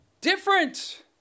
Different